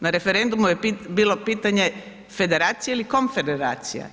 Na referendumu je bilo pitanje federacija ili konfederacija.